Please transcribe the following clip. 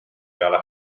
peale